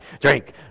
Drink